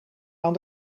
aan